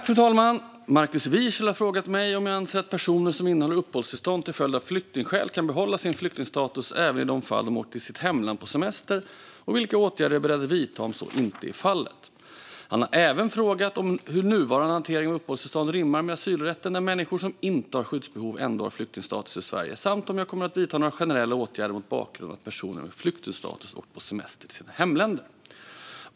Fru talman! Markus Wiechel har frågat mig om jag anser att personer som innehar uppehållstillstånd till följd av flyktingskäl kan behålla sin flyktingstatus även i de fall de åkt till sitt hemland på semester och vilka åtgärder jag är beredd att vidta om så inte är fallet. Han har även frågat hur nuvarande hantering av uppehållstillstånd rimmar med asylrätten när människor som inte har skyddsbehov ändå har flyktingstatus i Sverige samt om jag kommer att vidta några generella åtgärder mot bakgrund av att personer med flyktingstatus åkt på semester till sina hemländer.